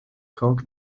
cock